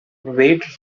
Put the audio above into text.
wade